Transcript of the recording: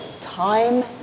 time